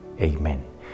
Amen